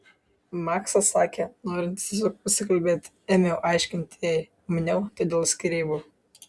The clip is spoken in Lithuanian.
maksas sakė norintis tiesiog pasikalbėti ėmiau aiškinti jai maniau tai dėl skyrybų